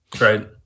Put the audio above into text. right